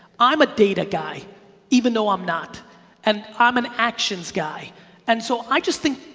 i'm a data guy even though i'm not and i'm an actions guy and so i just think,